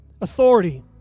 authority